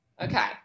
Okay